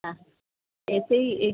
হ্যাঁ এসেই এই